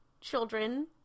children